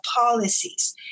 policies